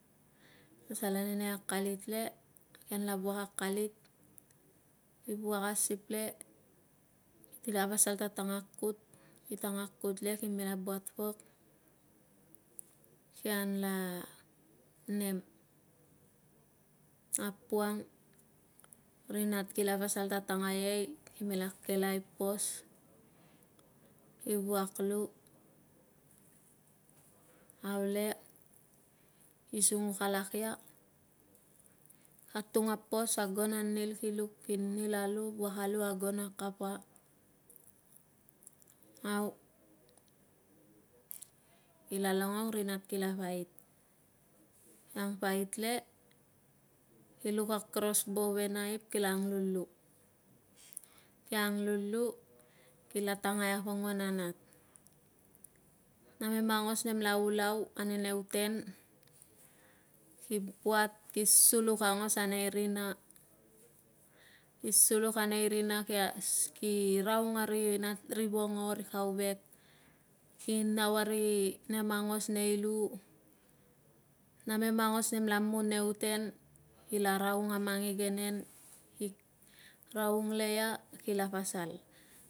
Pasal ane akalit le kian la vuak akalit ki vuak asiple kila pasal sian tanga kut le kime la buat pok kian la nem a puang ri nat kila pasal ta tangai e i kime la kelai pos ki vuak lu au le ki sunguk alak ia atung a pos agon a nil ki luk ki nila lu agon a kapa au kila longlong rinat kila longlong ri nat kila pait pait le ki luk a krosbow ve naip kila anglulu kiang lulu kila tangai a pongwa na nat namen aungos nemia ulau ane nau ten ki buat ki sulu na nei rine ki suluk na nei rina kiraing na ri na vongo nem la mun neu ten kila raung a man igenen ki raungle ia kila pasal.